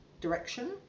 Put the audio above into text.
direction